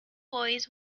boys